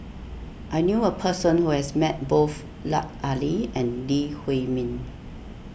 I knew a person who has met both Lut Ali and Lee Huei Min